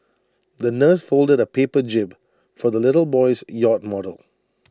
the nurse folded A paper jib for the little boy's yacht model